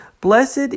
Blessed